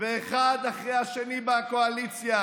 ואחד אחרי השני בקואליציה,